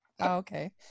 okay